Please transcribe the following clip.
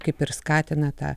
kaip ir skatina tą